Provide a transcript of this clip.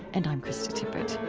and i'm krista tippett